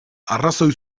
arrazoi